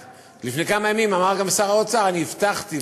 לפני כמה ימים אמר גם שר האוצר: אני הבטחתי,